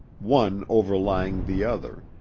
one overlying the other,